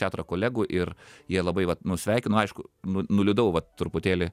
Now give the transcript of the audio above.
teatro kolegų ir jie labai vat nu sveikino aišku nu nuliūdau vat truputėlį